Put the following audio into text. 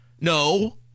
No